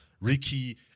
Ricky